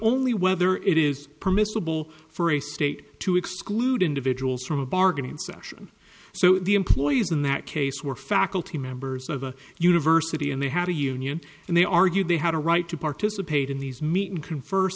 only whether it is permissible for a state to exclude individuals from a bargaining session so the employees in that case were faculty members of a university and they had a union and they argued they had a right to participate in these meet and confer